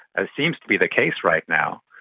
as seems to be the case right now,